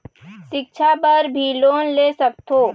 सिक्छा बर भी लोन ले सकथों?